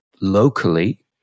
locally